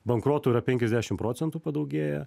bankrotų yra penkiasdešim procentų padaugėję